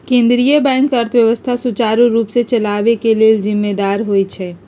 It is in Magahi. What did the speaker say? केंद्रीय बैंक अर्थव्यवस्था सुचारू रूप से चलाबे के लेल जिम्मेदार होइ छइ